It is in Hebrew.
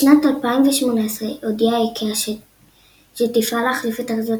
בשנת 2018 הודיעה איקאה שתפעל להחליף את אריזות